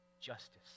justice